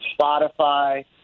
Spotify